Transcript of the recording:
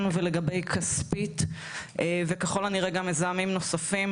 ולגבי כספית וככול הנראה גם מזהמים נוספים.